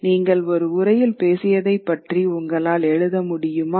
நீங்கள் ஒரு உரையில் பேசியதை பற்றி உங்களால் எழுத முடியுமா